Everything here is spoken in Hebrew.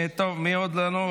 טוב, מי עוד יש לנו?